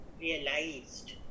realized